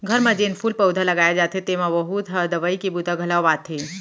घर म जेन फूल पउधा लगाए जाथे तेमा बहुत ह दवई के बूता घलौ आथे